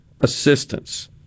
assistance